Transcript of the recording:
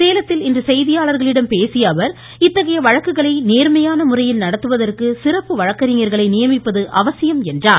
சேலத்தில் இன்று செய்தியாளர்களிடம் பேசியஅவர் இத்தகைய வழக்குகளை நேர்மையான முறையில் நடத்துவதற்கு சிறப்பு வழக்கறிஞர்களை நியமிப்பது அவசியம் என்றார்